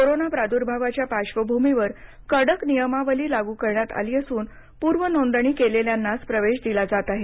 corona प्रादुर्भावाच्या पार्श्वभूमीवर कडक नियमावली लागू करण्यात आली असून पूर्वनोंदणी केलेल्यांनाच प्रवेश दिला जात आहे